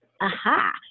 Aha